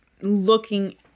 looking